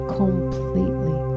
completely